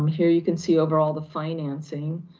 um here you can see overall the financing.